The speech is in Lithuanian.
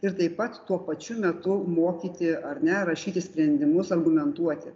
ir taip pat tuo pačiu metu mokyti ar ne rašyti sprendimus argumentuoti